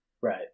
Right